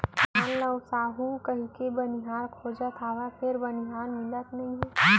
धान ल ओसाहू कहिके बनिहार खोजत हँव फेर बनिहार मिलत नइ हे